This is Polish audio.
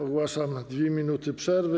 Ogłaszam 2 minut przerwy.